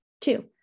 Two